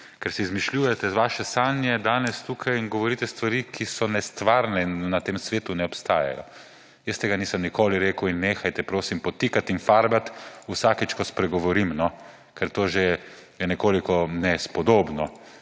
Ker si izmišljujete vaše sanje danes tukaj in govorite stvari, ki so nestvarne in na tem svetu ne obstajajo. Jaz tega nisem nikoli rekel in nehajte, prosim, podtikati in farbati vsakič, ko spregovorim. Ker to je že nekoliko nespodobno.